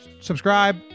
subscribe